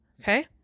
okay